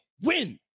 win